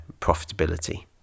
profitability